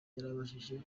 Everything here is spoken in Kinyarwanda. yarabashije